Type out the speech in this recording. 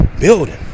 Building